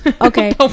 okay